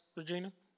Regina